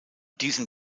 diesem